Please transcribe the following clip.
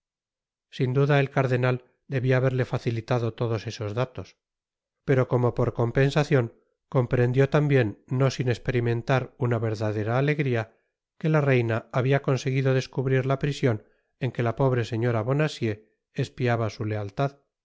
sin duda el cardenal debia haberle facilitado todos esos datos pero como por compensacion comprendió tambien no sin esperimentar una verdadera alegria que la reina habia conseguido descubrir la prision en que la pobre señora bonacieux espiaba su lealtad